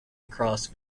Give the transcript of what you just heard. across